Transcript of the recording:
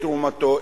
את תרומתו,